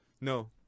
no